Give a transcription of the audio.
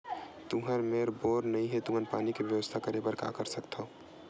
तुहर मेर बोर नइ हे तुमन पानी के बेवस्था करेबर का कर सकथव?